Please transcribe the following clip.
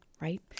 right